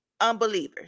unbelievers